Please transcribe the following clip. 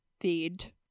feed